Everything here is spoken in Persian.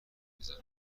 میزنه